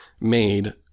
made